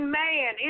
man